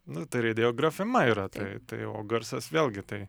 nu tai raidė grafema yra tai tai o garsas vėlgi tai